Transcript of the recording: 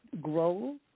grow